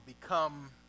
become